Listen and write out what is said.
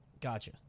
Gotcha